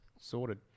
Sorted